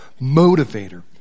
motivator